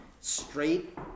Straight